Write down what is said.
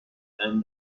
and